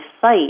site